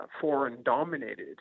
foreign-dominated